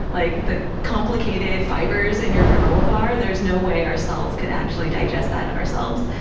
like, the complicated fibers in your granola bar, there's no way our cells could actually digest that ourselves.